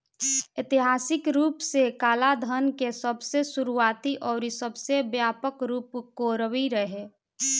ऐतिहासिक रूप से कालाधान के सबसे शुरुआती अउरी सबसे व्यापक रूप कोरवी रहे